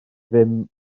ddim